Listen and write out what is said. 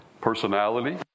personality